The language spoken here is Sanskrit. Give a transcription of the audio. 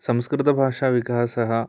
संस्कृतभाषा विकासः